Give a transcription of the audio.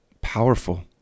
powerful